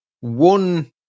one